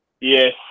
Yes